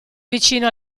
vicino